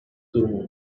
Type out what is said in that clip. durumun